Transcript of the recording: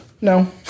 No